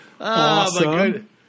Awesome